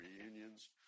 reunions